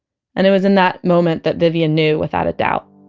and it was in that moment that vivian knew, without a doubt,